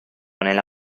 nella